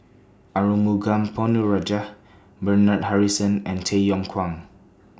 Arumugam Ponnu Rajah Bernard Harrison and Tay Yong Kwang